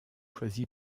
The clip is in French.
choisi